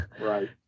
Right